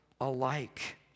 alike